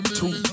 two